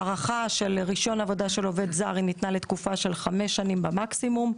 הערכה של רישיון עבודה של עובד זר ניתנה לתקופה של חמש שנים במקסימום,